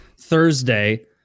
Thursday